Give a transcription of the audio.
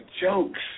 jokes